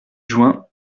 juin